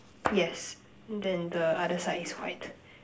yes then the other side is white